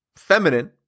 Feminine